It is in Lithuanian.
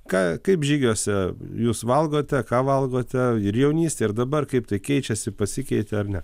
ką kaip žygiuose jūs valgote ką valgote ir jaunystėj ir dabar kaip tai keičiasi pasikeitė ar ne